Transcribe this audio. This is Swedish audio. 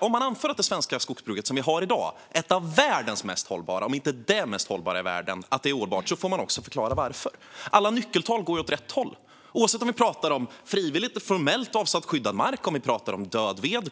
Om man anför att det svenska skogsbruk som vi har i dag - ett av världens mest hållbara, om inte det mest hållbara, i världen - är ohållbart får man också förklara varför. Alla nyckeltal går åt rätt håll oavsett om vi pratar om frivilligt eller formellt avsatt skyddad mark eller om vi pratar om dödved.